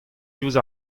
diouzh